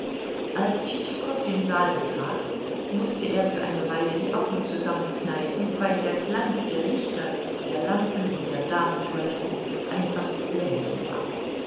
als tschitschikow den saal betrat mußte er für eine weile die augen zusammenkneifen weil der glanz der lichter der lampen und der damentoiletten einfach blendend war